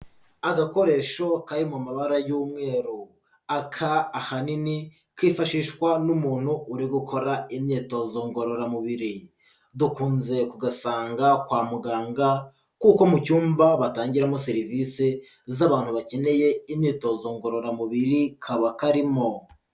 Agakoresho kari mu mabara y'umweru, aka ahanini kifashishwa n'umuntu uri gukora imyitozo ngororamubiri, dukunze kugasanga kwa muganga kuko mu cyumba batangiramo serivise z'abantu bakeneye imyitozo ngororamubiri kaba karimo.